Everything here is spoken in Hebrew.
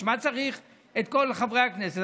בשביל מה צריך את כל חברי הכנסת?